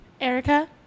Erica